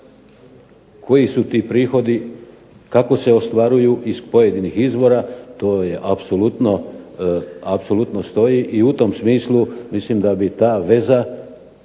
koji su ti prihodi, kako se ostvaruju iz pojedinih izvora, to apsolutno stoji. I u tom smislu mislim da bi ta veza